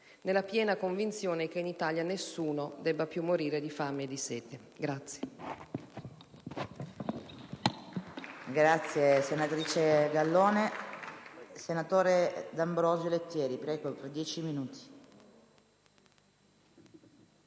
nella piena convinzione che in Italia nessuno debba più morire di fame e di sete.